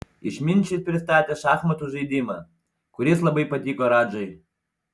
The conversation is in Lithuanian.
išminčius pristatė šachmatų žaidimą kuris labai patiko radžai